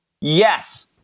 Yes